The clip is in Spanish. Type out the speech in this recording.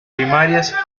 primarias